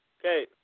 Okay